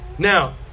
Now